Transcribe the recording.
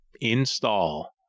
install